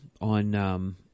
on